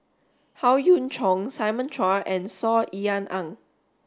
Howe Yoon Chong Simon Chua and Saw Ean Ang